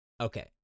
Okay